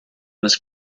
was